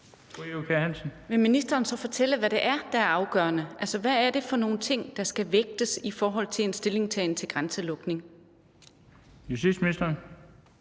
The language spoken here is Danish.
Vil ministeren så fortælle, hvad det er, der er afgørende? Altså, hvad er det for nogle ting, der skal vægtes i en stillingtagen til grænselukning? Kl. 13:18 Den